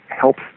helps